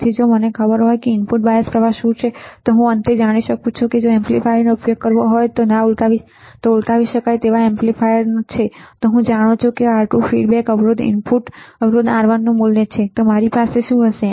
તેથી જો મને ખબર હોય કે ઇનપુટ બાયસ પ્રવાહ શું છે અને અંત હું જાણું છું કે જો હું એમ્પ્લીફાયરનો ઉપયોગ કરવા માંગુ છું જે ઉલટાવી શકાય એમ્પ્લીફાયર છે તો હું જાણું છું કે R2 ફીડબેક અવરોધ ઇનપુટ અવરોધ R1 નું મૂલ્ય છે તો મારી પાસે હશે